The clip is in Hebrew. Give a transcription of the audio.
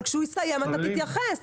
כשהוא יסיים אתה תתייחס,